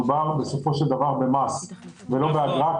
מדובר בסופו של דבר במס ולא באגרה,